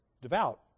devout